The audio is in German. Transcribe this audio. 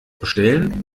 bestellen